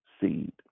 seed